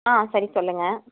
ஆ சரி சொல்லுங்கள்